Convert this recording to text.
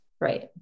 Right